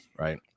Right